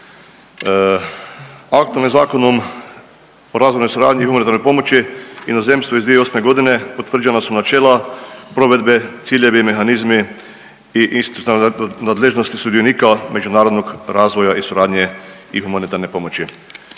Aktualnim zakonom o razvojnoj suradnji i humanitarnoj pomoći inozemstvu iz 2008. godine utvrđena su načela provedbe, ciljevi i mehanizmi i isto nadležnosti sudionika međunarodnog razvoja i suradnje i humanitarne pomoći.